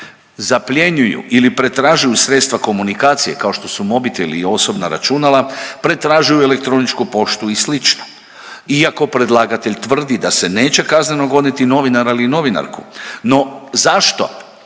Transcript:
zapljenjuju ili pretražuju sredstva komunikacije, kao što su mobiteli i osobna računala, pretražuju elektroničku poštu i slično. Iako predlagatelj tvrdi da se neće kazneno goniti novinara ili novinarku, no zašto